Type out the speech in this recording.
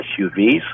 SUVs